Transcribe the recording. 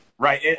Right